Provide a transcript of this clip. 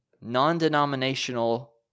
non-denominational